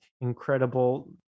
incredible